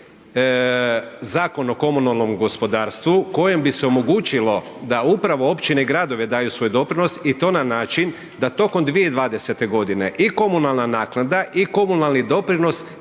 Zakon o komunalnom gospodarstvu kojim bi se omogućilo da upravo općine i gradovi daju svoj doprinos i to na način da tokom 2020. godine i komunalna naknada i komunalni doprinos